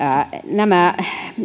nämä